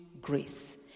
grace